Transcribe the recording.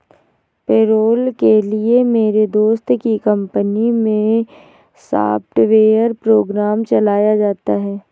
payroll के लिए मेरे दोस्त की कंपनी मै सॉफ्टवेयर प्रोग्राम चलाया जाता है